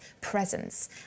presence